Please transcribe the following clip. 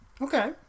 Okay